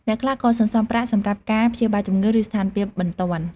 អ្នកខ្លះក៏សន្សំប្រាក់សម្រាប់ការព្យាបាលជំងឺ ឬស្ថានភាពបន្ទាន់។